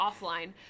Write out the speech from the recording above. offline